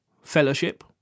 fellowship